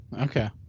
Okay